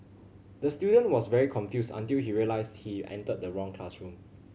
the student was very confused until he realised he entered the wrong classroom